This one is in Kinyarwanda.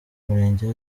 umurenge